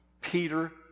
Peter